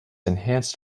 enhanced